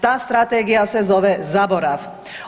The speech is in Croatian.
Ta strategija se zove zaborav.